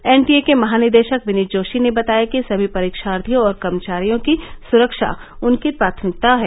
NTA के महानिदेशक विनीत जोशी ने बताया कि सभी परीक्षार्थियों और कर्मचारियों की सुरक्षा उनकी प्राथमकिता है